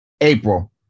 April